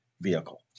vehicle